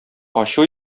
ачу